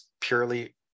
purely